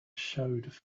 showed